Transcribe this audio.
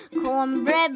Cornbread